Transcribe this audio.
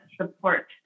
support